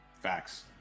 facts